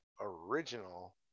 original